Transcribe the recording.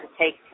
take